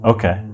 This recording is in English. Okay